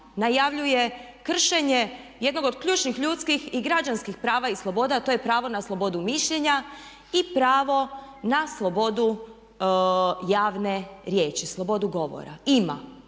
najavljuje kršenje jedno od ključnih ljudskih i građanskih prava i sloboda a to je pravo na slobodu mišljenja i pravo na slobodu javne riječi, slobodu govora? Ima,